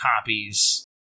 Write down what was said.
copies